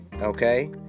okay